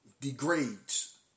degrades